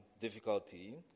difficulty